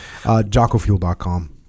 JockoFuel.com